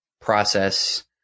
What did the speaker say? process